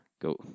go